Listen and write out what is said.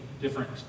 different